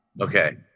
Okay